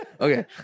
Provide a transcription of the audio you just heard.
Okay